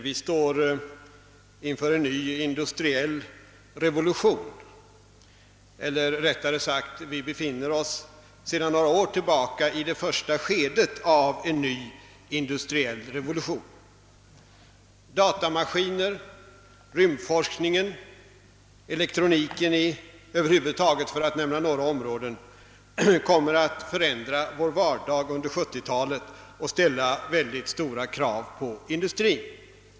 Herr talman! Vi befinner oss sedan några år tillbaka i det första skedet av en ny industriell revolution. Matematikmaskinerna, rymdforskningen, elektroniken över huvud taget, för att nämna några områden, kommer att förändra vår vardag under 70-talet och ställa mycket stora krav på industrin.